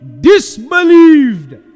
disbelieved